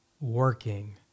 working